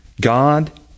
God